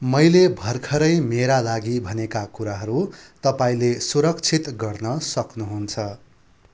मैले भर्खरै मेरा लागि भनेका कुराहरू तपाईँले सुरक्षित गर्न सक्नुहुन्छ